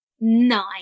Nine